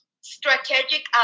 strategic